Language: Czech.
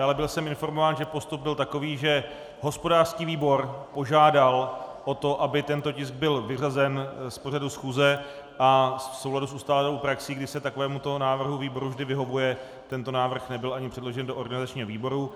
Ale byl jsem informován, že postup byl takový, že hospodářský výbor požádal o to, aby tento tisk byl vyřazen z pořadu schůze, a v souladu s ustálenou praxí, kdy se takovémuto návrhu výboru vždy vyhovuje, tento návrh nebyl ani předložen do organizačního výboru.